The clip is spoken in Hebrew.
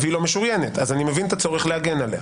היא לא משוריינת אז אני מבין את הצורך להגן עליה,